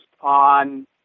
on